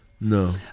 No